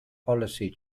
policy